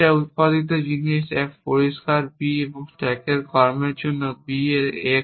এটা উত্পাদিত জিনিস এক পরিষ্কার b এবং স্ট্যাক কর্মের জন্য b এ x